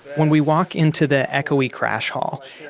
when we walk into the echo-y crash hall,